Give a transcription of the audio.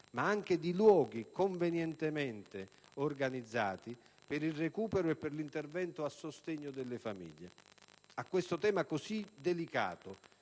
ma anche di luoghi convenientemente organizzati per il recupero e per l'intervento a sostegno delle famiglie. A questo tema così delicato